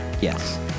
Yes